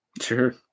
Sure